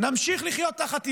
נמשיך לחיות תחת איום,